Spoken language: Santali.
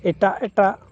ᱮᱴᱟᱜ ᱮᱴᱟᱜ